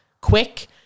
quick